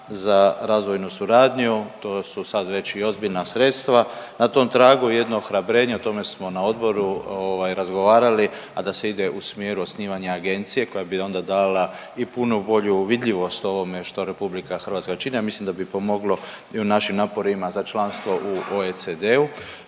za razvojnu suradnju to su sad već i ozbiljna sredstva. Na tom tragu i jedno ohrabrenje o tome smo na odboru ovaj razgovarali, a da se ide u smjeru osnivanja agencije koja bi onda dala i punu bolju vidljivost ovome što RH čini, a mislim da bi pomoglo i u našim naporima za članstvo u OECD-u.